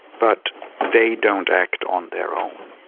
but they don't act on their own.